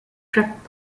track